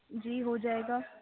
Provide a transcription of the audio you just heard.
جی ہو جائے گا